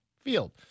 field